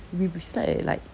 we we slept at like